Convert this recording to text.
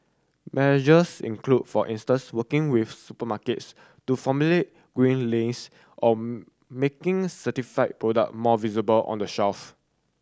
measures include for instance working with supermarkets to formulate green lanes or making certified product more visible on the shelf